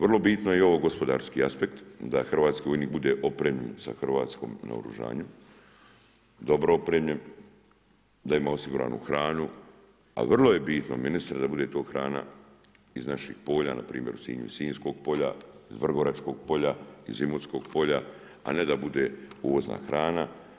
Vrlo bitno je i ovo gospodarski aspekt, da hrvatski vojnik bude opremljen sa hrvatskim naoružanjem, dobro opremljen, da ima osiguranu hranu a vrlo je bitno, ministre, da bude to hrana iz naših polja, npr. iz sinjskog polja, iz vrgoračkog polja, iz imotskog polja, a ne da bude uvozna hrana.